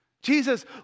Jesus